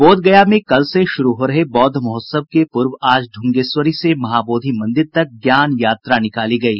बोधगया में कल से शुरू हो रहे बौद्ध महोत्सव के पूर्व आज ढुंगेश्वरी से महाबोधि मंदिर तक ज्ञान यात्रा निकाली गयी